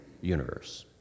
universe